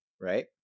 right